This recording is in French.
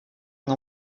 une